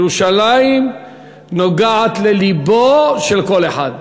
ירושלים נוגעת ללבו של כל אחד.